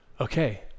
Okay